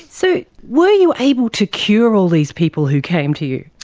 so were you able to cure all these people who came to you?